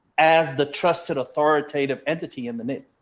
as the trusted authoritative entity in the name.